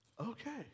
okay